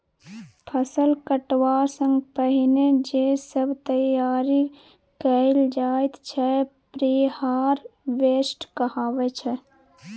फसल कटबा सँ पहिने जे सब तैयारी कएल जाइत छै प्रिहारवेस्ट कहाबै छै